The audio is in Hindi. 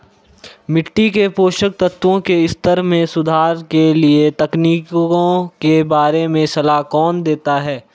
मिट्टी के पोषक तत्वों के स्तर में सुधार के लिए तकनीकों के बारे में सलाह कौन देता है?